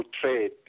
trade